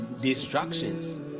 distractions